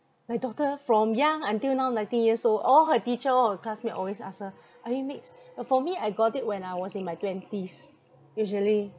my daughter from young until now nineteen years old all her teacher all her classmate always ask her are you mix uh for me I got it when I was in my twenties usually